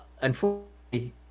unfortunately